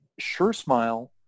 SureSmile